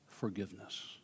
forgiveness